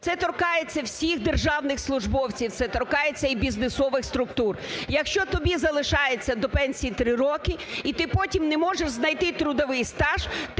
Це торкається всіх державних службовців, це торкається і бізнесових структур. Якщо тоді залишається до пенсії три роки, і ти потім не можеш знайти трудовий стаж,